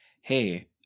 hey